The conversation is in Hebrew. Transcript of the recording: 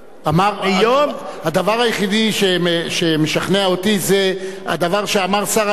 הדבר היחידי שמשכנע אותי זה הדבר שאמר שר המשפטים,